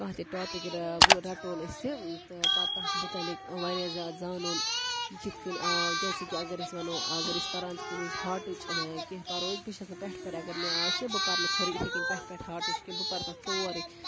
کانٛہہ تہِ ٹاپِک رَٹہون أسہِ تہٕ پَتہٕ تَتھ مُتعلِق واریاہ زیادٕ زانُن یہِ کِتھٕ کٔنۍ آو جیسے کہِ اگر أسۍ وَنو اگر أسۍ پَران چھِ کُنہِ وِز ہاٹٕچ کیٚنٛہہ پَرو أسۍ بہٕ چھَس نہٕ پٮ۪ٹھٕ پٮ۪ٹھٕ اَگر مےٚ آسہِ بہٕ پَرنہٕ ژھوٚرُے یِتھٕے کنۍ پٮ۪ٹھٕ پٮٹھٕ ہاٹٕچ کیٚنٛہہ بہٕ پَرٕ تَتھ سورُے